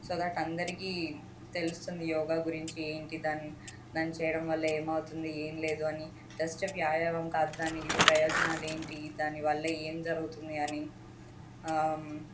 so that అందరికీ తెలుస్తుంది యోగా గురించి ఏంటిది దాన్ని చేయడం వల్ల ఏమవుతుంది ఏం లేదు అని జస్ట్ వ్యాయామం కాదు దాని ప్రయోజనాలు ఏంటి దానివల్ల ఏం జరుగుతుంది అని